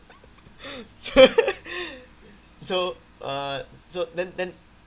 so so uh so then then